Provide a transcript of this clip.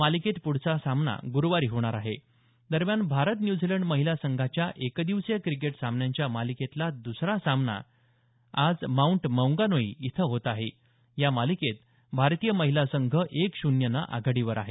मालिकेत पुढचा सामना ग्रुवारी होणार आहे दरम्यान भारत न्यूझीलंड महिला संघाच्या एकदिवसीय क्रिकेट सामन्यांच्या मालिकेतला दुसरा सामना आज माऊंट मौंगानुई इथं होत आहे या मालिकेत भारतीय महिला संघ एक शून्यनं आघाडीवर आहे